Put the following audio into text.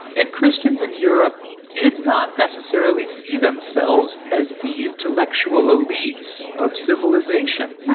and christians in europe did not necessarily see themselves as the intellectual elites of civilization.